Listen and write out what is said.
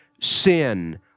sin